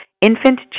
infant